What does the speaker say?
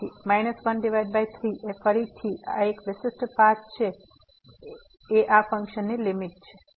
તેથી 13 એ ફરીથી આ વિશિષ્ટ પાથ સાથે આ ફંક્શનની લીમીટ છે